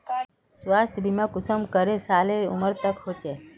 स्वास्थ्य बीमा कुंसम करे सालेर उमर तक होचए?